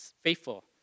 faithful